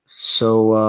so,